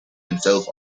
himself